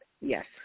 Yes